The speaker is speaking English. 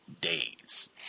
days